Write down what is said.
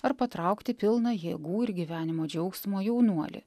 ar patraukti pilną jėgų ir gyvenimo džiaugsmo jaunuolį